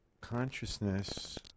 consciousness